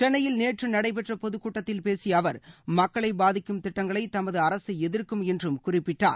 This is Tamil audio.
சென்னையில் நேற்று நடைபெற்ற பொதுக் கூட்டத்தில் பேசிய அவர் மக்களை பாதிக்கும் திட்டங்களை தமது அரசு எதிர்க்கும் என்றும் குறிப்பிட்டார்